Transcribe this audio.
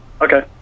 Okay